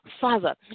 Father